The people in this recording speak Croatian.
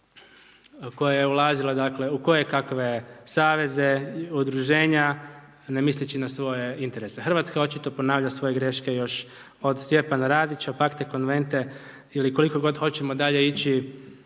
koja je ulazila u kojekakve saveze, udruženja, ne misleći na svoje interese. Hrvatska očito ponavlja svoje greške još od Stjepana Radića, Pacte convente ili koliko god hoćemo dalje ići